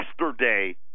Yesterday